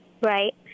right